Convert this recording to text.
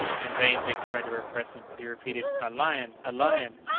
in vain dick tried to repress him but he repeated a lion! a lion!